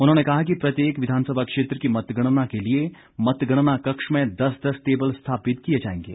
उन्होंने कहा कि प्रत्येक विधानसभा क्षेत्र की मतगणना के लिए मतगणना कक्ष में दस दस टेबल स्थापित किए जाएंगे